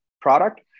product